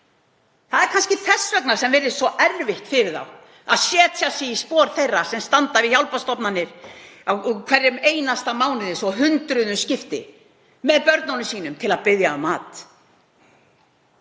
Það er kannski þess vegna sem það virðist svo erfitt fyrir þá að setja sig í spor þeirra sem standa við hjálparstofnanir í hverjum einasta mánuði, svo hundruðum skiptir, með börnunum sínum til að biðja um mat.